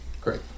Great